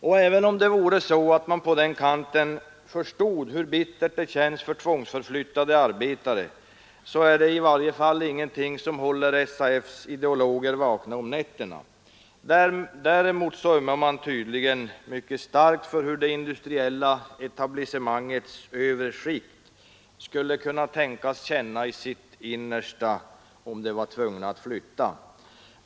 Och även om det vore så att man på den kanten förstod hur bittert det känns för tvångsförflyttade arbetare så är det i varje fall ingenting som håller SAF: ideologer vakna om nätterna. Däremot ömmar man tydligen mycket starkt för hur det industriella etablissemangets övre skikt skulle kunna tänkas känna i sitt innersta om de var tvungna att flytta.